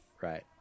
Right